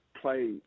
play